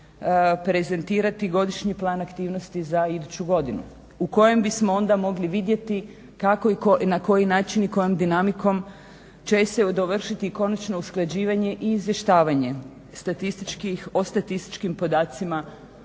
prezentirat godišnji plan aktivnosti za iduću godinu. U kojem bi smo onda mogli vidjeti kako i na koji način i kojom dinamom će se dovršiti konačno usklađivanje i izvještavanje o statističkim podacima